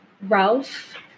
Ralph